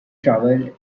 traveled